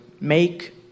Make